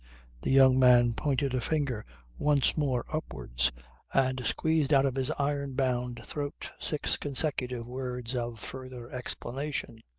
the young man pointed a finger once more upwards and squeezed out of his iron-bound throat six consecutive words of further explanation.